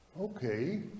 Okay